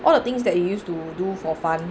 what are the things that you used to do for fun